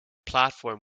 platform